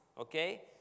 okay